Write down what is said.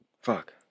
Fuck